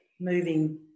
moving